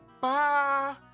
bye